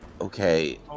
Okay